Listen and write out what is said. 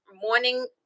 morning